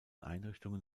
einrichtungen